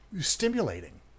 stimulating